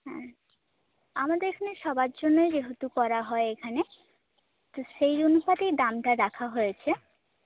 হ্যাঁ আমাদের এখানে সবার জন্যই যেহেতু করা হয় এখানে তো সেই অনুপাতেই দামটা রাখা হয়েছে